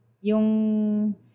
Yung